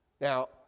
Now